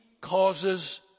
causes